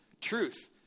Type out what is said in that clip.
truth